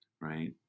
Right